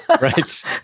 Right